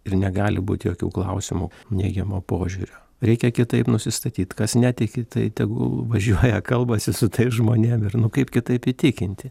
ir negali būti jokių klausimų neigiamo požiūrio reikia kitaip nusistatyt kas netiki tai tegul važiuoja kalbasi su tais žmonėm ir nu kaip kitaip įtikinti